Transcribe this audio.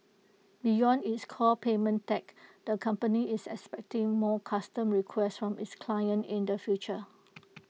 beyond its core payment tech the company is expecting more custom requests from its clients in the future